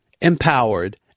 empowered